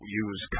use